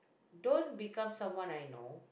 don't become someone I know